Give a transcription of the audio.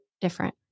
different